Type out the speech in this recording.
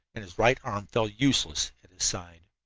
and his right arm fell useless at his side.